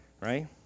Right